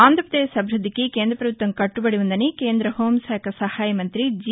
ఆంధ్రాపదేశ్ అభివృద్దికి కేంద్ర ప్రభుత్వం కట్టబదీ ఉందని కేంద్ర హాంశాఖ సహాయ మంత్రి జి